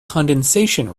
condensation